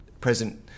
present